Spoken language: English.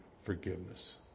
forgiveness